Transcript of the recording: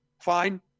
fine